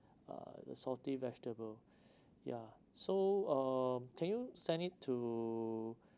uh the salty vegetable ya so uh can you send it to